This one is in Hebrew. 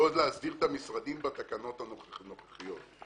לא להסדיר את המשרדים בתקנות הנוכחיות.